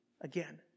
again